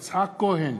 יצחק כהן,